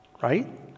Right